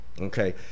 Okay